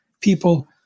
people